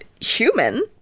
human